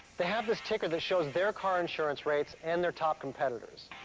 they have this ticker that shows their car insurance rates and their top competitors.